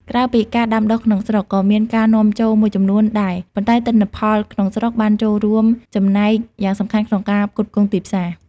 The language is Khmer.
ក្រៅពីការដាំដុះក្នុងស្រុក ក៏មានការនាំចូលមួយចំនួនដែរ ប៉ុន្តែទិន្នផលក្នុងស្រុកបានចូលរួមចំណែកយ៉ាងសំខាន់ក្នុងការផ្គត់ផ្គង់ទីផ្សារ។